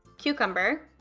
cucumber,